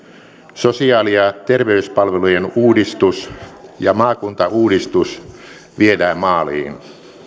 sosiaali ja terveyspalvelujen uudistus ja maakuntauudistus viedään maaliin